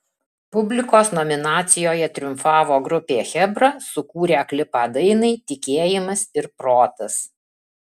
publikos nominacijoje triumfavo grupė chebra sukūrę klipą dainai tikėjimas ir protas